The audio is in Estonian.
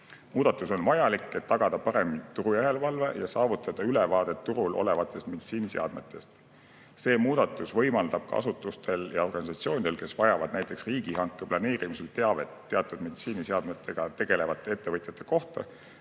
Muudatus on vajalik, et tagada parem turujärelevalve ja saada ülevaade turul olevatest meditsiiniseadmetest. See muudatus võimaldab asutustel ja organisatsioonidel, kes vajavad näiteks riigihanke planeerimisel teavet teatud meditsiiniseadmetega tegelevate ettevõtjate kohta,